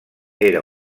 era